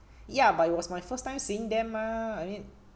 ya but it was my first time seeing them mah I mean